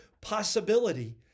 possibility